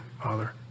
Father